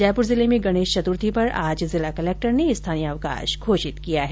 जयपुर जिले में गणेश चतुर्थी पर आज जिला कलेक्टर ने स्थानीय अवकाश घोषित किया है